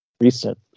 recent